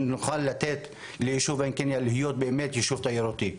שנוכל לתת ליישוב עין קנייא להיות באמת יישוב תיירותי.